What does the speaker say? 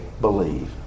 believe